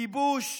כיבוש,